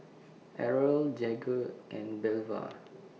Errol Jagger and Belva